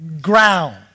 ground